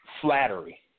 Flattery